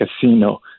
casino